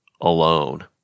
alone